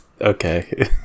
okay